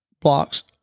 blocks